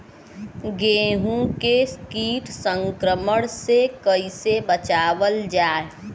गेहूँ के कीट संक्रमण से कइसे बचावल जा?